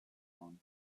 harm